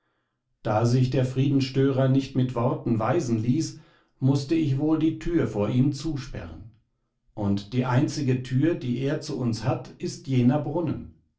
da sich der friedenstörer nicht mit worten weisen ließ mußte ich wohl die tür vor ihm zusperren und die einzige tür die er zu uns hat ist jener brunnen